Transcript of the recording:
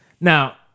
Now